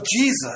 Jesus